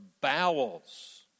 bowels